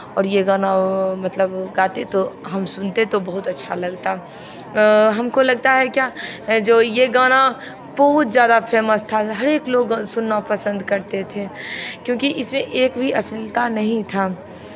और ये गाना मतलब गाते तो हम सुनते तो बहुत अच्छा लगता हमको लगता है क्या जो ये गाना बहुत ज़्यादा फेमस था हरेक लोग सुनना पसन्द करते थे क्योंकि इसमें एक भी अश्लीलता नहीं था